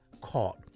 caught